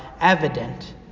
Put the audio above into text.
evident